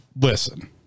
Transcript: listen